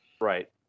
Right